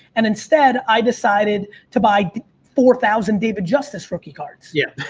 and instead, i decided to buy four thousand david justice rookie cards. yeah.